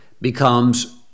becomes